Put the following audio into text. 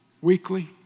Weekly